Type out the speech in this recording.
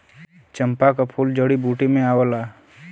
चंपा क फूल जड़ी बूटी में आवला